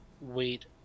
wait